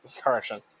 Correction